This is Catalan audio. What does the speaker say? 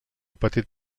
petit